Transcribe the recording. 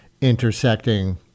intersecting